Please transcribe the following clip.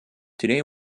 today